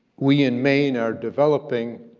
we in maine are developing